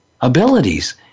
abilities